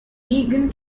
vegan